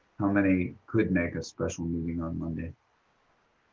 how many could make a special meeting on monday.